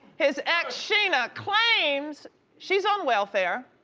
his ex sheena claims she's on welfare,